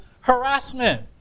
harassment